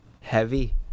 heavy